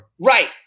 Right